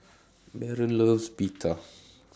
Baron loves Pita